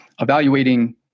evaluating